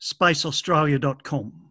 spaceaustralia.com